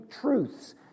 truths